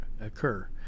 occur